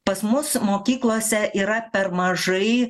pas mus mokyklose yra per mažai